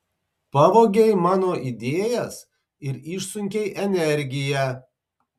pavogei mano idėjas ir išsunkei energiją